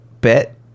bet